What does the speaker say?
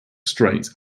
straight